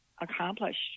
accomplished